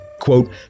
Quote